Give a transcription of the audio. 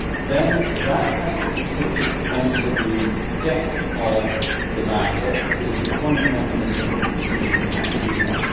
then that has to be put onto the deck of the lander, with a deployment mechanism produced in pasadena.